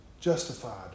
justified